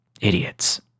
Idiots